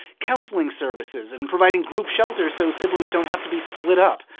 counseling services, and providing group shelter so siblings don't have to be split up.